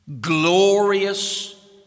glorious